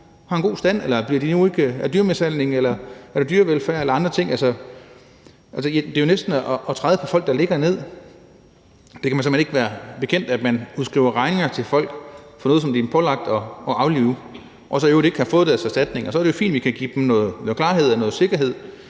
er i en god stand – eller er der dyremishandling, eller er der dyrevelfærd eller andre ting? Det er jo næsten at træde på folk, der ligger ned. Man kan simpelt hen ikke være bekendt, at man udskriver regninger til folk for noget, som de er pålagt at aflive, og de har så i øvrigt ikke fået deres erstatninger. Så er det jo fint, at vi kan give dem noget klarhed og noget sikkerhed,